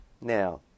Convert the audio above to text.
Now